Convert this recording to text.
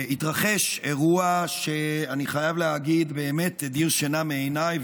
התרחש אירוע שאני חייב להגיד שבאמת הדיר שינה מעיניי,